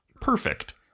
Perfect